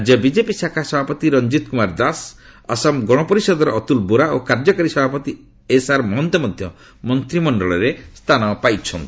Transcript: ରାଜ୍ୟ ବିଜେପି ଶାଖା ସଭାପତି ରଣଜିତ କୁମାର ଦାସ ଅସୋମ ଗଣପରିଷଦର ଅତ୍କଲ ବୋରା ଓ କାର୍ଯ୍ୟକାରୀ ସଭାପତି ଏସ୍ଆର୍ ମହନ୍ତ ମଧ୍ୟ ମନ୍ତ୍ରିମଣ୍ଡଳରେ ସ୍ଥାନ ପାଇଛନ୍ତି